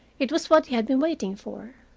it was what he had been waiting for.